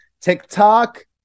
TikTok